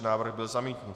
Návrh byl zamítnut.